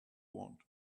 want